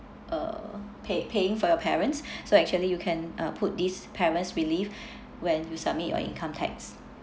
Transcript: uh pay paying for your parents so actually you can uh put this parents relief when you submit your income tax